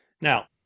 Now